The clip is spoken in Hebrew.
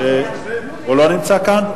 הוא לא נמצא כאן?